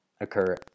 occur